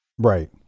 Right